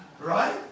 Right